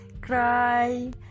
cry